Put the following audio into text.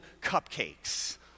cupcakes